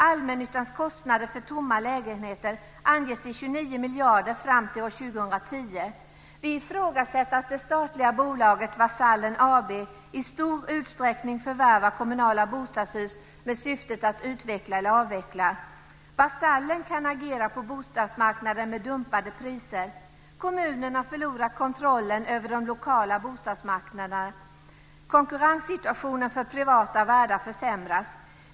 Allmännyttans kostnader för tomma lägenheter anges till 29 miljarder fram till år 2010. Vi ifrågasätter att det statliga bolaget Vasallen AB i stor utsträckning förvärvar kommunala bostadshus med syftet att utveckla eller avveckla. Vasallen kan agera på bostadsmarknaden med dumpade priser. Kommunerna förlorar kontrollen över de lokala bostadsmarknaderna. Konkurrenssituationen för privata värdar försämras.